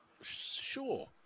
sure